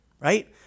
Right